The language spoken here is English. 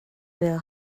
will